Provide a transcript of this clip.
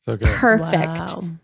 perfect